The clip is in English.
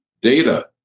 data